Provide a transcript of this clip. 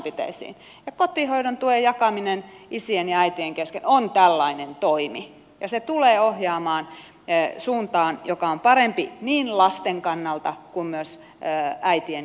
pitää ryhtyä toimenpiteisiin ja kotihoidon tuen jakaminen isien ja äitien kesken on tällainen toimi ja se tulee ohjaamaan suuntaan joka on parempi niin lasten kannalta kuin myös äitien ja isien kannalta